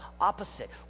Opposite